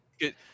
good